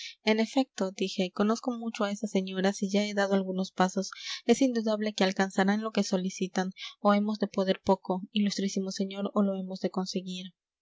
en efecto dije conozco mucho a esas señoras y ya he dado algunos pasos es indudable que alcanzarán lo que solicitan o hemos de poder poco ilustrísimo señor o lo hemos de conseguir